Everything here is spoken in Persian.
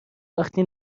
وقتی